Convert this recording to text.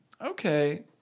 Okay